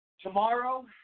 Tomorrow